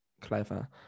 clever